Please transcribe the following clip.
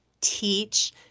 teach